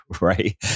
right